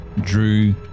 Drew